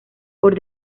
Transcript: por